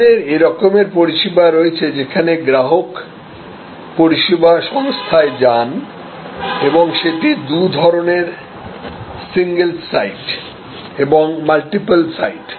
আমাদের এরকমের পরিষেবা রয়েছে যেখানে গ্রাহক পরিষেবা সংস্থায় যান এবং সেগুলি দুটি ধরণের সিঙ্গেলসাইট এবং মাল্টিপল সাইট